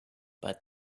but